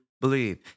believe